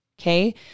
Okay